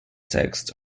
text